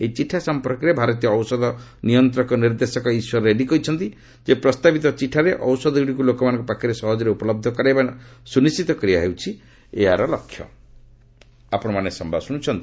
ଏହି ଚିଠା ସଂପର୍କରେ ଭାରତୀୟ ଔଷଧ ନିୟନ୍ତ୍ରକ ନିର୍ଦ୍ଦେଶକ ଇଶ୍ୱର ରେଡ୍ଗୀ କହିଛନ୍ତି ଯେ ପ୍ରସ୍ତାବିତ ଚିଠାରେ ଔଷଧଗୁଡ଼ିକୁ ଲୋକମାନଙ୍କ ପାଖରେ ସହଜରେ ଉପଲହ୍ଧ କରାଇବା ସ୍ୱନିଶ୍ଚିତ କରିବା ପାଇଁ ବ୍ୟବସ୍ଥା କରାଯାଇଛି